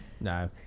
No